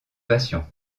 patient